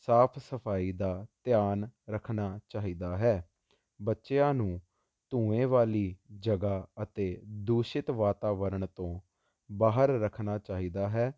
ਸਾਫ ਸਫਾਈ ਦਾ ਧਿਆਨ ਰੱਖਣਾ ਚਾਹੀਦਾ ਹੈ ਬੱਚਿਆਂ ਨੂੰ ਧੂਏ ਵਾਲੀ ਜਗ੍ਹਾ ਅਤੇ ਦੂਸ਼ਿਤ ਵਾਤਾਵਰਨ ਤੋਂ ਬਾਹਰ ਰੱਖਣਾ ਚਾਹੀਦਾ ਹੈ